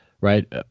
right